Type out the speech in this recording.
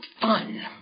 fun